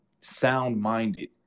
sound-minded